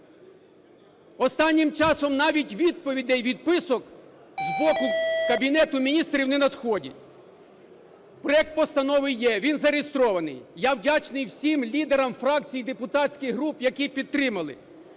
Останнім часом навіть відповідей-відписок з боку Кабінету Міністрів не надходить. Проект постанови є, він зареєстрований. Я вдячний всім лідерам фракцій і депутатських груп, які підтримали,